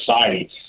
society